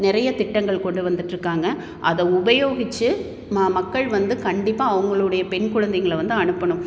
நிறைய திட்டங்கள் கொண்டு வந்துட்டுருக்காங்க அதை உபயோகித்து மா மக்கள் வந்து கண்டிப்பாக அவங்களுடைய பெண் குழந்தைகள வந்து அனுப்பணும்